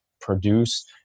produce